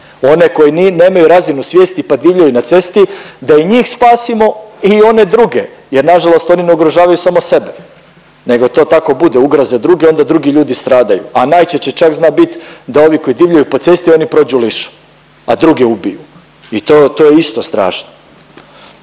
One koji nemaju razinu svijesti pa divljaju na cesti, da i njih spasimo i one druge jer na žalost oni ne ugrožavaju samo sebe. Nego to tako bude ugroze druge, onda drugi ljudi stradaju, a najčešće čak zna bit da ovi koji divljaju po cesti oni prođu lišo, a druge ubiju i to, to je isto strašno.